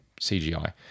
CGI